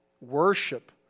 worship